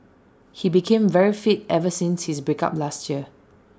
he became very fit ever since his break up last year